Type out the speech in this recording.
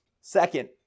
Second